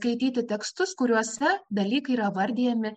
skaityti tekstus kuriuose dalykai yra vardijami